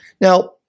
Now